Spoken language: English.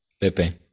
Pepe